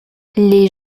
les